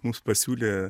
mums pasiūlė